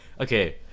okay